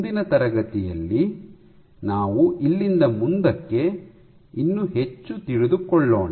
ಮುಂದಿನ ತರಗತಿಯಲ್ಲಿ ನಾವು ಇಲ್ಲಿಂದ ಮುಂದಕ್ಕೆ ಇನ್ನು ಹೆಚ್ಚು ತಿಳಿದುಕೊಳ್ಳೋಣ